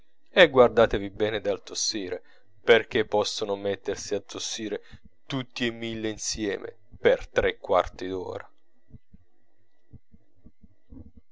e guardatevi bene dal tossire perchè possono mettersi a tossire tutti e mille insieme per tre quarti d'ora